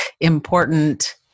important